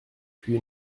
puis